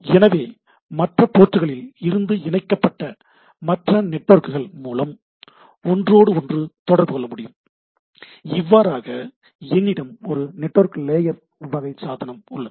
எனவே மற்ற போர்ட்களில் இருந்து இணைக்கப்பட்ட மற்ற நெட்வொர்க்குகள் மூலம் ஒன்றோடு ஒன்று தொடர்புகொள்ள முடியும் இவ்வாறாக என்னிடம் ஒரு நெட்வொர்க் லேயர் வகை சாதனம் உள்ளது